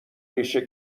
ریشه